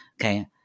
Okay